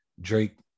drake